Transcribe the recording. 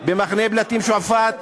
במחנה הפליטים שועפאט,